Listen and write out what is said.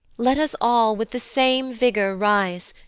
let us all with the same vigour rise,